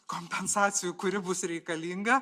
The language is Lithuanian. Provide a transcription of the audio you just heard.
kompensacijų kuri bus reikalinga